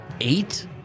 Eight